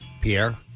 Pierre